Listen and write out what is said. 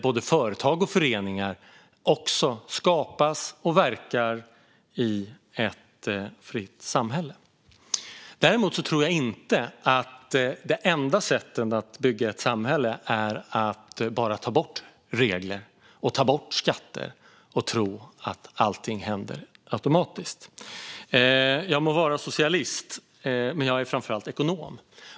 Både företag och föreningar skapas och verkar i ett fritt samhälle. Däremot tror jag inte att det enda sättet att bygga ett samhälle är att bara ta bort regler och ta bort skatter och tro att allt händer automatiskt. Jag må vara socialist, men jag är framför allt ekonom.